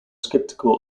skeptical